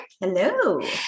Hello